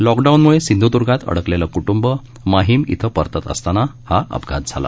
lock down म्ळे सिंध्प्र्गात अडकलेलं कृट्ंब माहीम इथं परतत असताना हा अपघात झाला